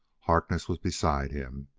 harkness was beside him,